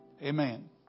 Amen